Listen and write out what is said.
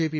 JP